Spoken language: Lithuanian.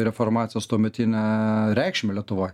reformacijos tuometinę reikšmę lietuvoj